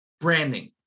branding